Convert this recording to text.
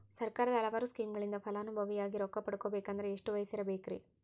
ಸರ್ಕಾರದ ಹಲವಾರು ಸ್ಕೇಮುಗಳಿಂದ ಫಲಾನುಭವಿಯಾಗಿ ರೊಕ್ಕ ಪಡಕೊಬೇಕಂದರೆ ಎಷ್ಟು ವಯಸ್ಸಿರಬೇಕ್ರಿ?